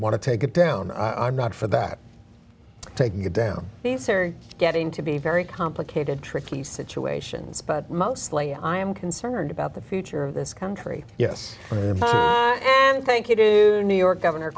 want to take it down i'm not for that taking it down these are getting to be very complicated tricky situations but mostly i am concerned about the future of this country yes thank you to new york governor